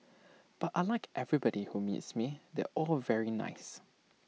but I Like everybody who meets me they're all very nice